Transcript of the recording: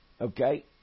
Okay